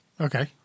Okay